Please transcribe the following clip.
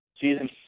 season